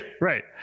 Right